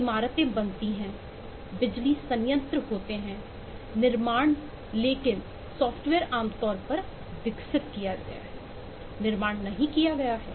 इमारतें बनती हैं बिजली संयंत्र होते हैं निर्माण लेकिन सॉफ्टवेयर आमतौर पर विकसित किया गया है निर्माण नहीं किया गया है